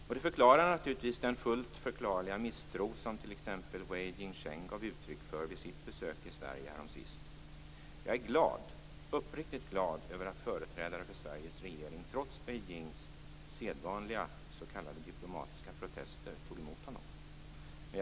Detta förklarar naturligtvis den fullt förklarliga misstro som t.ex. Wei Jingsheng gav uttryck för vid sitt besök i Sverige häromsistens. Jag är uppriktigt glad över att företrädare för Sveriges regering, trots Beijings sedvanliga s.k. diplomatiska protester, tog emot honom.